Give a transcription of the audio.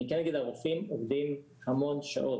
אני כן אגיד שהרופאים עובדים המון שעות.